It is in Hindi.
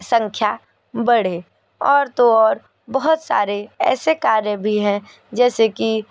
संख्या बढ़े और तो और बहुत सारे ऐसे कार्य भी हैं जैसे कि